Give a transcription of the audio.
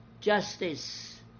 justice